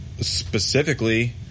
specifically